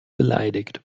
beleidigt